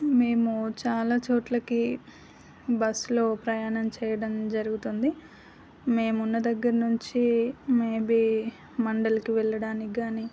మేము చాలా చోట్లకి బస్సులో ప్రయాణం చేయడం జరుగుతుంది మేము ఉన్న దగ్గర నుంచి మేబీ మండల్కి వెళ్ళడానికి కానీ